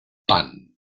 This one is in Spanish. pan